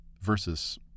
versus